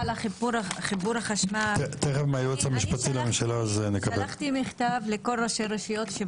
מה הסטטוס של